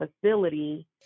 facility